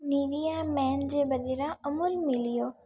Nivea men जे बदिरां अमूल मिलियो